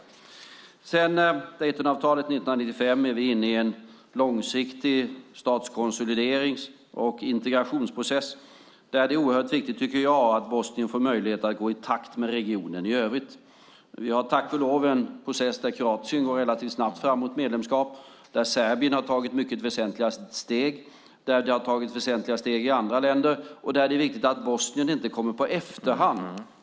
När det gäller Daytonavtalet 1995 är vi inne i en långsiktig statskonsoliderings och integrationsprocess där det är oerhört viktigt, tycker jag, att Bosnien får möjlighet att gå i takt med regionen i övrigt. Vi har tack och lov en process där Kroatien går relativt snabbt fram mot medlemskap, där Serbien har tagit mycket väsentliga steg, där det har tagits väsentliga steg i andra länder och där det är viktigt att Bosnien inte hamnar på efterkälken.